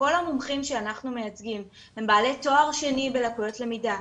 שכל המומחים שאנחנו מייצגים הם בעלי תואר שני בלקויות למידה,